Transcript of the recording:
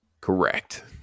correct